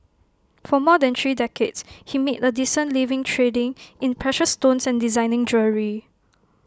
for more than three decades he made A decent living trading in precious stones and designing jewellery